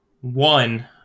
one